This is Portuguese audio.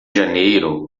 janeiro